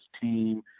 team